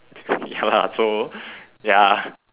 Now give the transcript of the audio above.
ya lah so ya